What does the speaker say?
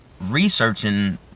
researching